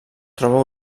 troba